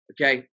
okay